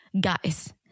Guys